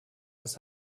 das